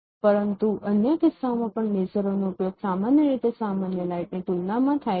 પરંતુ અન્ય કિસ્સાઓમાં પણ લેસરોનો ઉપયોગ સામાન્ય રીતે સામાન્ય લાઇટની તુલનામાં થાય છે